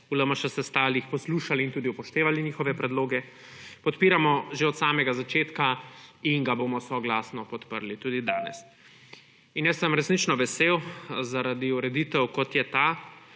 smo se v LMŠ sestali, jih poslušali in tudi upoštevali njihove predloge – podpiramo že od samega začetka in ga bomo soglasno podprli tudi danes. Resnično sem vesel zaradi ureditev, kot je ta;